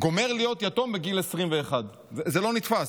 גומר להיות יתום בגיל 21. זה לא נתפס.